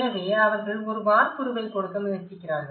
எனவே அவர்கள் ஒரு வார்ப்புருவைக் கொடுக்க முயற்சிக்கிறார்கள்